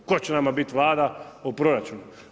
Tko će nama bit vlada, u proračunu?